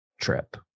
trip